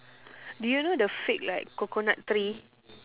do you know the fake like coconut tree